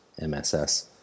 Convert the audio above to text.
MSS